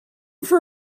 for